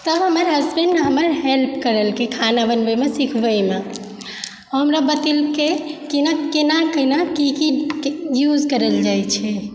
तऽ हमर हसबैंड हमर हेल्प करलखिन खाना बनबैमे सिखबैमे हमरा बतैलके केना केना कि कि यूज करल जाइत छै